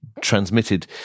transmitted